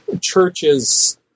churches